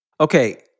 Okay